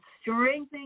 strengthening